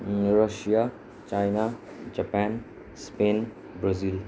Russia China Japan Spain Brazil